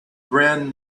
brand